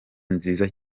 nziza